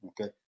okay